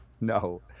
no